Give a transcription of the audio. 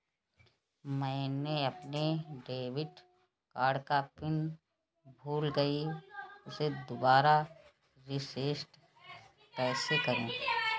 मैंने अपने debit card का पिन भूल गई, उसे दोबारा रीसेट कैसे करूँ?